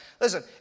Listen